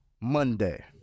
monday